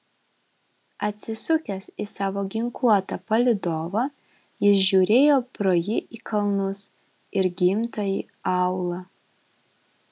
atsisukęs į savo ginkluotą palydovą jis žiūrėjo pro jį į kalnus ir gimtąjį aūlą